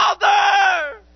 Father